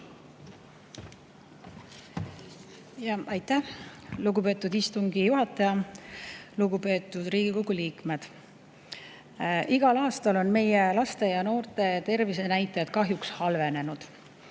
Aitäh, lugupeetud istungi juhataja! Lugupeetud Riigikogu liikmed! Igal aastal on meie laste ja noorte tervisenäitajad kahjuks halvenenud.